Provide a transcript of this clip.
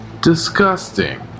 Disgusting